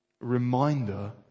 reminder